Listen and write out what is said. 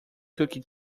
cookie